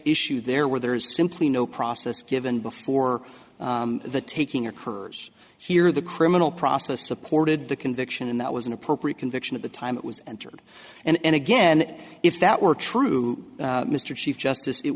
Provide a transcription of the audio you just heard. issue there where there is simply no process given before the taking a curse here the criminal process supported the conviction and that was an appropriate conviction at the time it was entered and again if that were true mr chief justice it